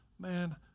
man